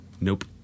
Nope